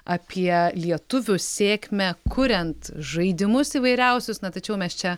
apie lietuvių sėkmę kuriant žaidimus įvairiausius na tačiau mes čia